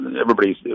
everybody's